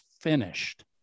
finished